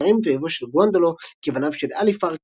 ומתארים את אויביו של גוונדולו כבניו של אליפר,